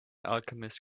alchemist